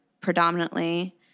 predominantly